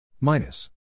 minus